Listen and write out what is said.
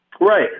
Right